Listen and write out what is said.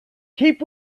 keep